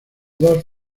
dos